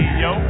yo